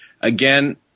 again